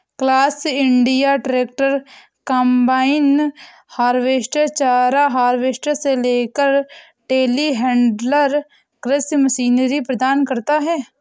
class India tractor, combine harvester, चारा harvester से लेकर टेलीहैंडलर कृषि मशीनरी प्रदान करता है